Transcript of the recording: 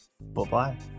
Bye-bye